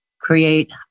create